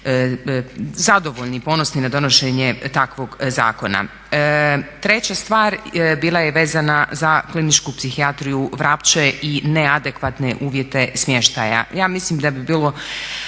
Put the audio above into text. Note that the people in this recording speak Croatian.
zadovoljni i ponosni na donošenje takvog zakona. Treća stvar bila je vezana za kliničku psihijatriju Vrapče i neadekvatne uvjete smještaja. Ja mislim da bi bilo